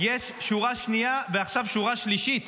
יש שורה שנייה ועכשיו שורה שלישית